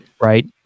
Right